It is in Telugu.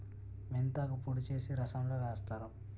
మెంతాకు పొడి చేసి రసంలో వేస్తారు